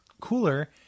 cooler